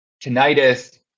tinnitus